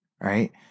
right